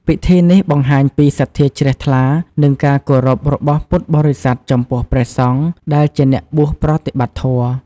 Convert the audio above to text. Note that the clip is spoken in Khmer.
ពិធីនេះបង្ហាញពីសទ្ធាជ្រះថ្លា និងការគោរពរបស់ពុទ្ធបរិស័ទចំពោះព្រះសង្ឃដែលជាអ្នកបួសប្រតិបត្តិធម៌។